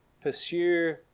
Pursue